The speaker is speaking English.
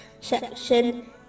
section